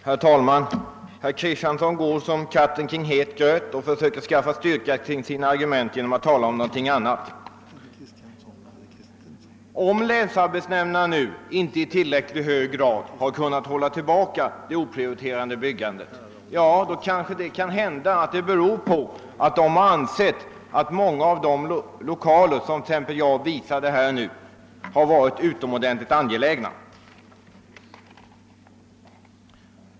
Herr talman! Herr Kristenson går som katten kring het gröt och försöker ge styrka åt sina argument genom att tala om någonting annat. Om länsarbetsnämnderna inte i tillräcklig grad har kunnat hålla tillbaka det oprioriterade byggandet, kan det hända att detta beror på att de har ansett att t.ex. många av de lokaler som jag nu har nämnt har varit utomordentligt angelägna.